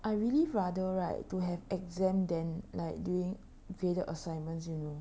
I really rather right to have exam then like doing graded assignments you know